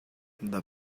the